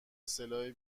سلاح